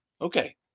Okay